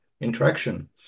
interaction